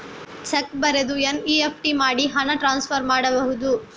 Check ಬರೆದು NEFT ಮಾಡಿ ಹಣ ಟ್ರಾನ್ಸ್ಫರ್ ಮಾಡಬಹುದು?